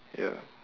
ya